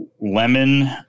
lemon